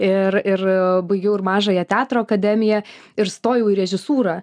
ir ir baigiau ir mažąją teatro akademiją ir stojau į režisūrą